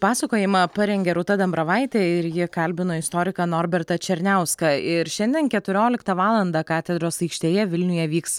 pasakojimą parengė rūta dambravaitė ir ji kalbino istoriką norbertą černiauską ir šiandien keturioliktą valandą katedros aikštėje vilniuje vyks